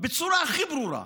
בצורה הכי ברורה: